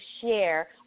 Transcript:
share